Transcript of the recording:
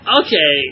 okay